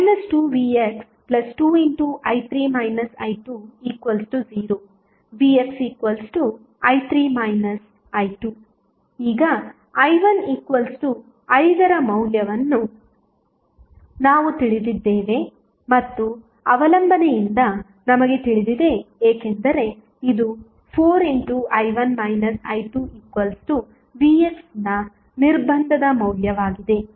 2vx2i3 i2 0⇒vxi3 i2 ಈಗ i15 ರ ಮೌಲ್ಯವನ್ನು ನಾವು ತಿಳಿದಿದ್ದೇವೆ ಮತ್ತು ಅವಲಂಬನೆಯಿಂದ ನಮಗೆ ತಿಳಿದಿದೆ ಏಕೆಂದರೆ ಇದು 4i1 i2vx ನ ನಿರ್ಬಂಧದ ಮೌಲ್ಯವಾಗಿದೆ